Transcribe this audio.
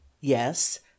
Yes